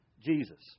Jesus